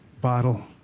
bottle